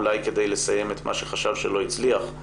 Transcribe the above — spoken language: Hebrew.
אולי כדי לסיים את מה שחשב שלא הצליח,